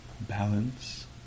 balance